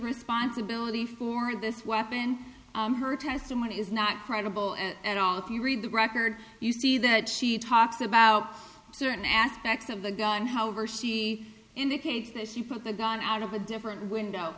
responsibility for this weapon her testimony is not credible at all if you read the record you see that she talks about certain aspects of the gun however she indicates that she put the gun out of a different window